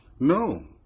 No